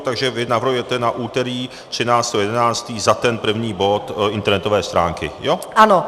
Takže vy navrhujete na úterý 13. 11. za ten první bod internetové stránky, ano?